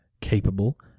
capable